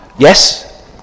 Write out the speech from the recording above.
Yes